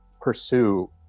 pursue